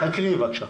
תקריאי בבקשה.